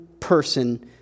Person